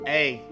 Hey